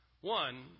one